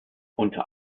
unter